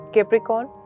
Capricorn